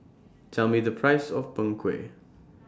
Tell Me The Price of Png Kueh